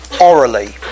orally